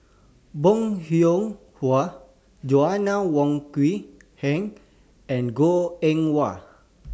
Bong Hiong Hwa Joanna Wong Quee Heng and Goh Eng Wah